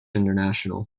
international